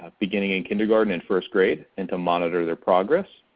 ah beginning in kindergarten and first grade and to monitor their progress.